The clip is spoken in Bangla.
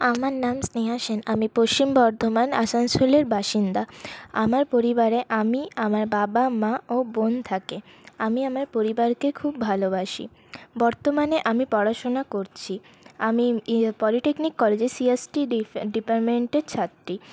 আমার নাম স্নেহা সেন আমি পশ্চিম বর্ধমান আসানসোলের বাসিন্দা আমার পরিবারে আমি আমার বাবা মা ও বোন থাকে আমি আমার পরিবারকে খুব ভালোবাসি বর্তমানে আমি পড়াশোনা করছি আমি পলিটেকনিক কলেজে সিএসটি ডিপার্টমেন্টের ছাত্রী